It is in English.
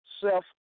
self